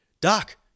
Doc